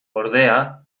ordea